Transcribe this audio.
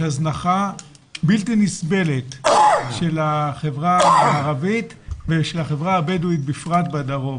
יש הזנחה בלתי נסבלת של החברה הערבית ושל החברה הבדואית בפרט בדרום.